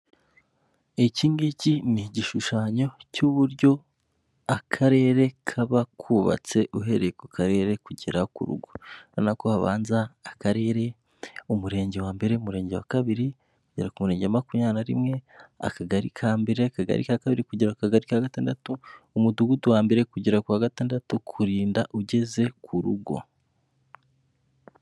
Ikingiki ni igishushanyo cy'uburyo akarere kaba kubabatse uhereye ku karere kugera ku rugo, urabona ko habanza akarere, umurenge wa mbere, umurenge wa kabiri, kugera ku murenge wa makumyabiri na rimwe, akagari ka mbere, akakagari ka kabiri, kugera akagari ka gatandatu, umudugudu wa mbere, kugera ku wa gatandatu, kurinda ugeze ku rugo.